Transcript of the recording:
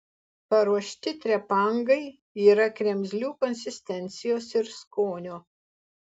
paruošti trepangai yra kremzlių konsistencijos ir skonio